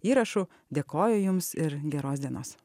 įrašų dėkoju jums ir geros dienos